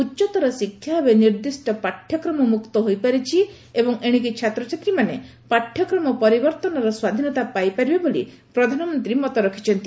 ଉଚ୍ଚତର ଶିକ୍ଷା ଏବେ ନିର୍ଦିଷ୍କ ପାଠ୍ୟକ୍ରମ ମୁକ୍ତ ହୋଇପାରିଛି ଏବଂ ଏଣିକି ଛାତ୍ରଛାତ୍ରୀମାନେ ପାଠ୍ୟକ୍ରମ ପରିବର୍ଭନର ସ୍ୱାଧୀନତା ପାଇ ପାରିବେ ବୋଲି ପ୍ରଧାନମନ୍ତୀ ମତ ଦେଇଛନ୍ତି